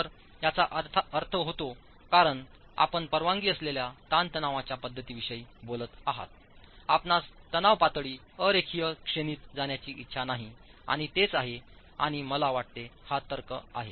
तर याचा अर्थ होतो कारण आपण परवानगी असलेल्या ताणतणावाच्या पध्दतीविषयी बोलत आहात आपणास तणाव पातळी अ रेखीय श्रेणीत जाण्याची इच्छा नाही आणि तेच आहे आणि मला वाटते हा तर्क आहे